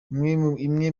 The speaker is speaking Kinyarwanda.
imwe